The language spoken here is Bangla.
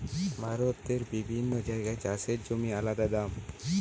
ভারতের বিভিন্ন জাগায় চাষের জমির আলদা দাম